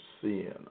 sin